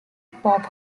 bob